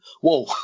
Whoa